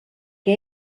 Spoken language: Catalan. que